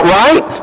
right